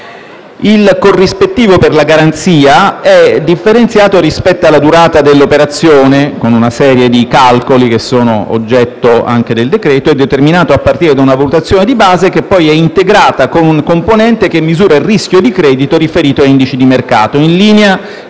Il corrispettivo per la garanzia è differenziato rispetto alla durata dell'operazione con una serie di calcoli, che sono oggetto anche del decreto-legge, e determinato a partire da una valutazione di base che poi è integrata con un componente che misura il rischio di credito riferito a indici di mercato, in linea